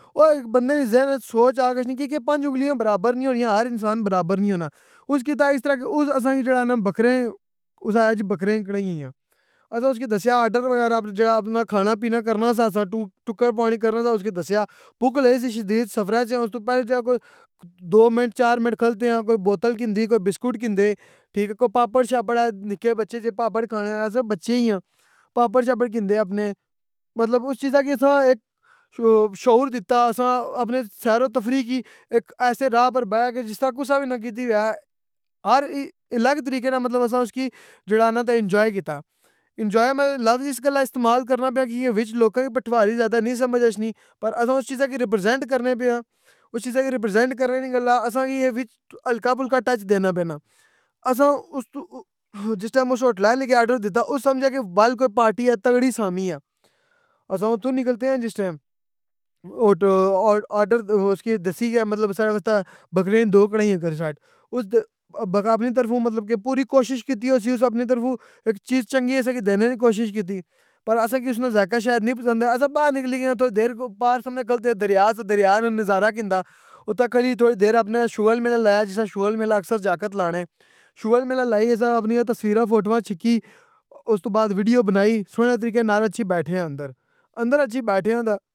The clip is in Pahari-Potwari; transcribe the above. او بندہ نے ذہن اچ سوچ آ گچھنی کے کہاں کے پنجھ انگلیاں برابر نی ہونیاں ہر انسان برابر نی ہونا اس کیتا اس طرح کے اس اسساں کی جیڑا کے بکرے نی بکرے نی کڑاہیا ں یا، اس اسساں نہ جیڑا اسساں اسکی دسیا اساں جیڑا کھانا پینا کرنا سا اسساں ٹکر پانی کرنا سا اسساں اسکے دسیا پھوک لئی سی شدید اس تو پہلے سفراں چوں اس تو پہلے کوئی دو منٹ چار منٹ کھلدے آں کوئی چا بسکٹ کندھے بوتل کندھی کوئی پاپڑ شاپڑ اے جیہڑے بچے کھانے اس وی بچے ای آں پاپڑ شاپڑ کندھے مطلب اس چیزاں اسساں شعور دیتا اسساں سیرو تفریح ہیک ایسے راہ اپر بے کے جس طرح کسا وی نی کیتی ہووے ہر ہیک الگ طریقے نال اسساں اسکی انجوائے کیتا۔ انجوائے لفظ میں اس کری وچ استعمال کرنا پیاں کیاں کے وچ لوکاں نوں پٹھواری نی سمجھ اچھنی پر اسساں اس چیزاں کی ریپریزینٹ کرنے پئے آں، اس چیزاں کی ریپریزینٹ کرنے نی گلاں اسساں کی اے وچ ہلکا پھلکا ٹچ دینا پینا، اسساں جس ویلے اس ہوٹل آلے کی آرڈر دیتا اسساں سوچیا کے بل کوئی تگڑی سامئی اے، اسساں اتھو ںکلدے اے جس ٹائم آرڈر اسکا دسسی کے ساڑے واسطے بکرے نی دو کڑاہایاں کرساں اس نی اپنی طرفوں پوری کوشش کی تی ہوسی اسساں اپنی طرفوں چنگی اسساں دینے نی کوشش کیتی مگر اسساں ذائقہ نی شاہد پسند آیا اس باہر نکلی گئے پار اسساں کھلدے سے پار دریا سا دریا نا نظارہ کندا اسساں فیر شگل میلا لایا جس طرح جاکت لانے شگل میلا، اسساں اپنیاں تصویراں فوٹواں چھکی تو بعد وڈیو بنائی سہنے طریقے نال بیٹھیاں اچھی اندر۔ اندر اچھی بیٹھاں تے!